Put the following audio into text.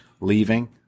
leaving